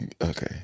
Okay